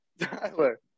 Tyler